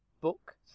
book